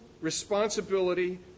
responsibility